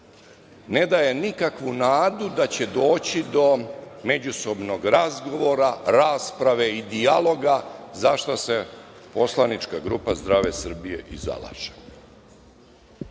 ne daje nikakvu nadu da će doći do međusobnog razgovora, rasprave i dijaloga, za šta se poslanička grupa Zdrave Srbije i zalaže. Juče